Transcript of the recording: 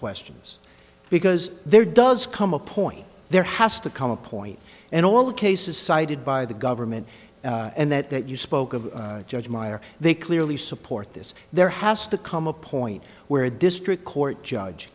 questions because there does come a point there has to come a point and all the cases cited by the government and that that you spoke of judge meyer they clearly support this there has to come a point where a district court judge